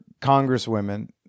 congresswomen